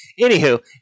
Anywho